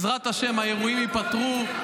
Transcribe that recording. בעזרת השם האירועים ייפתרו.